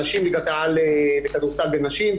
נשים בליגת העל בכדורסל בנשים,